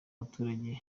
baturage